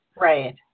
Right